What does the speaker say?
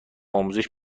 آموزش